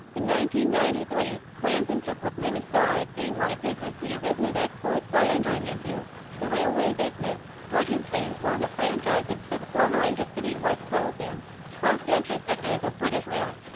ninety ninety three, branson took what many saw as being one of his riskier business exploits by entering into the railway business. virgin trains won the franchises for the former intercity west coast and cross-country sectors of british rail.